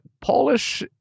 Polish